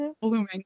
blooming